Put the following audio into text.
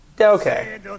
okay